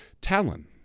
Talon